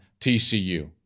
TCU